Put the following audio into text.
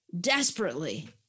desperately